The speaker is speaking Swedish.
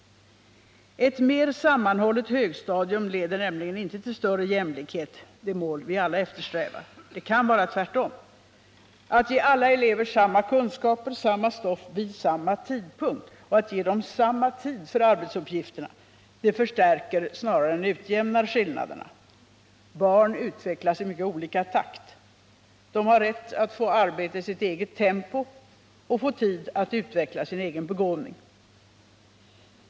Ett mer sammanhållet högstadium leder nämligen inte till större jämlikhet — det mål vi alla eftersträvar. Det kan vara tvärtom. Att ge alla elever samma kunskaper, samma stoff vid samma tidpunkt och att ge dem samma tid för arbetsuppgifterna, det förstärker snarare än utjämnar skillnaderna. Barn utvecklas i mycket olika takt. De har rätt att få arbeta i sitt eget tempo och få tid att utveckla sin egen begåvning.